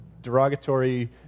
derogatory